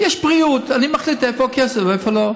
יש בריאות, אני מחליט איפה הכסף ואיפה לא.